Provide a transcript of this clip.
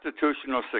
constitutional